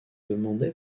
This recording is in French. demandée